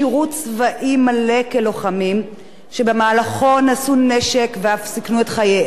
שבמהלכו נשאו נשק ואף סיכנו את חייהם בפעולות ביטחוניות למען המדינה,